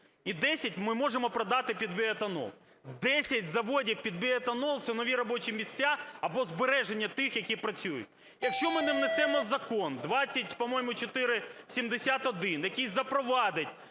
і 10 ми можемо продати під біоетанол. 10 заводів під біоетанол, це нові робочі місця або збереження тих, які працюють. Якщо ми не внесемо Закон, по-моєму, 2471, який запровадить